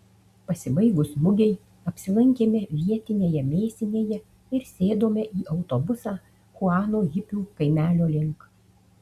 pasibaigus mugei apsilankėme vietinėje mėsinėje ir sėdome į autobusą chuano hipių kaimelio link